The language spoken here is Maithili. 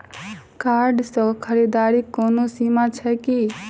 कार्ड सँ खरीददारीक कोनो सीमा छैक की?